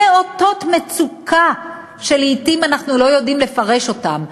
אלה אותות מצוקה שלעתים אנחנו לא יודעים לפרש אותם,